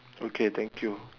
okay thank you